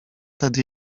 tedy